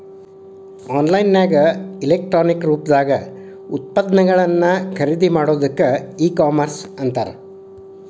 on line ನ್ಯಾಗ electronic ರೂಪ್ದಾಗ್ ಉತ್ಪನ್ನಗಳನ್ನ ಖರಿದಿಮಾಡೊದಕ್ಕ ಇ ಕಾಮರ್ಸ್ ಅಂತಾರ